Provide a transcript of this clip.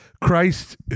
Christ